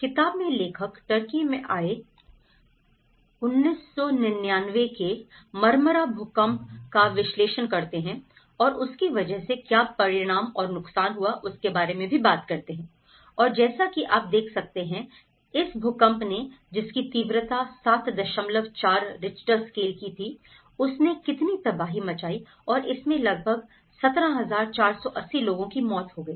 किताब में लेखक टर्की में आए 1999 के मर्मारा भूकंप का विश्लेषण करते हैं और उसकी वजह से क्या परिणाम और नुकसान हुआ उसके बारे में भी बात करते हैं और जैसा कि आप देख सकते हैं कि इस भूकंप ने जिसकी तीव्रता 74 रिक्टर स्केल की थी उसने कितनी तबाही मचाई और इसमें लगभग 17480 लोगों की मौत हो गई